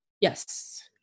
Yes